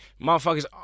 motherfuckers